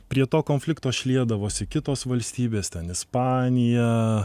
prie to konflikto šliedavosi kitos valstybės ten ispanija